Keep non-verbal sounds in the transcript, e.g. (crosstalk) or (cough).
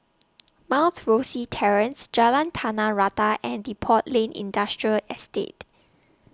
(noise) Mount Rosie Terrace Jalan Tanah Rata and Depot Lane Industrial Estate